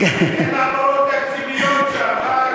אין העברות תקציביות שם.